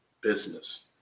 business